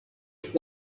être